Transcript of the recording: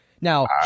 Now